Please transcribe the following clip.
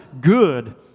good